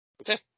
Okay